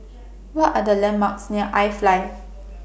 What Are The landmarks near IFly